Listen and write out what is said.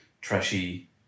trashy